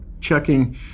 checking